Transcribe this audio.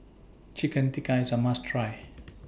Chicken Tikka IS A must Try